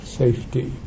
safety